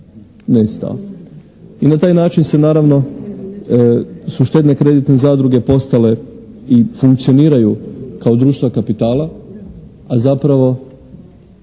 i na taj način se naravno su štedno-kreditne zadruge postale i funkcioniraju kao društva kapitala a zapravo